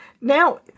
Now